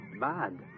bad